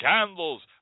Candles